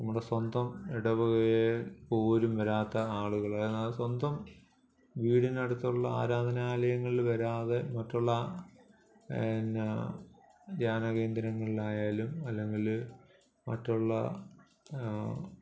നമ്മുടെ സ്വന്തം ഇടവകയിൽ പോലും വരാത്ത ആളുകളെ സ്വന്തം വീടിനടുത്തുള്ള ആരാധനാലയങ്ങളിൽ വരാതെ മറ്റുള്ള എന്നാ ധ്യാന കേന്ദ്രങ്ങളിൽ ആയാലും അല്ലെങ്കിൽ മറ്റുള്ള